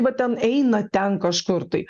va ten eina ten kažkur tai